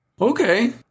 Okay